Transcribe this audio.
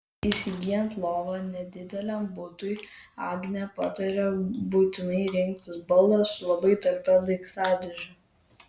įsigyjant lovą nedideliam butui agnė pataria būtinai rinktis baldą su labai talpia daiktadėže